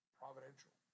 providential